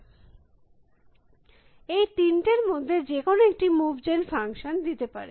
সুতরাং এই 3 টের মধ্যে যেকোন একটি মুভ জেন ফাংশন দিতে পারে